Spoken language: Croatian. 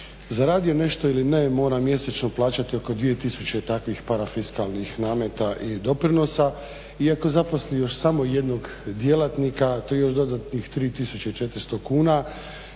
zaradio nešto ili ne mora mjesečno plaćati oko 2 tisuće takvih parafiskalnih nameta i doprinosa i ako zaposli još samo jednog djelatnika to je još dodatnih 3400 kuna